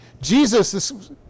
Jesus